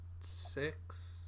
Six